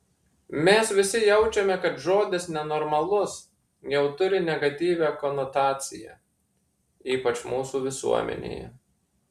mes visi jaučiame kad žodis nenormalus jau turi negatyvią konotaciją ypač mūsų visuomenėje